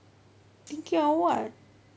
thinking of what